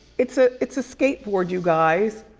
it's ah it's a skateboard you guys.